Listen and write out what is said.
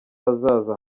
hazaza